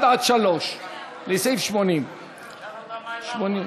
לסעיף 80 אין הסתייגויות.